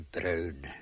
brown